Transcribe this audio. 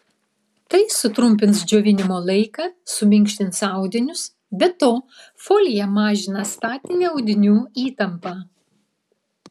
tai sutrumpins džiovinimo laiką suminkštins audinius be to folija mažina statinę audinių įtampą